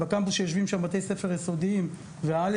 בקמפוס שיושבים שם בתי ספר יסודיים ועל-יסודיים.